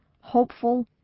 hopeful